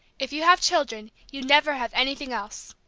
if you have children, you never have anything else!